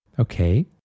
Okay